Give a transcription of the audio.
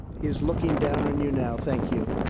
he is looking down on you now. thank you.